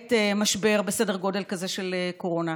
בעת משבר בסדר גודל כזה של הקורונה.